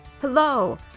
Hello